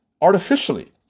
artificially